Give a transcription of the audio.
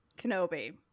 kenobi